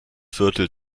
viertel